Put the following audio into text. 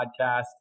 podcast